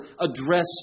address